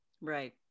Right